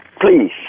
please